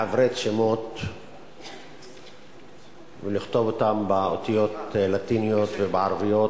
לעברת שמות ולכתוב אותם באותיות לטיניות וערביות